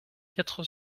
quatre